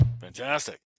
Fantastic